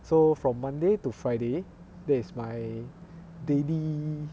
so from monday to friday that is my daily